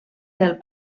del